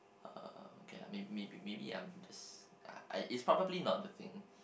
um okay lah maybe maybe maybe I'm just it's probably not the thing